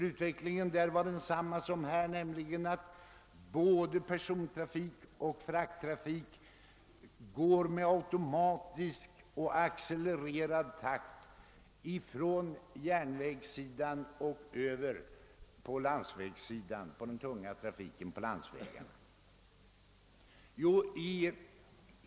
Utvecklingen var densamma som utvecklingen i vårt land, nämligen att såväl persontrafiken som frakttrafiken automatiskt och i accelererad takt gick över från järnvägssidan till den tunga trafiken på landsvägarna.